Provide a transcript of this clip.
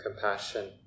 compassion